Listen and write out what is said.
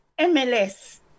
MLS